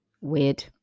Weird